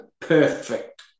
perfect